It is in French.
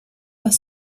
pas